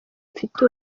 mfite